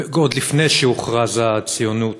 עוד לפני שהוכרזה הציונות